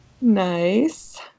Nice